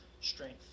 strength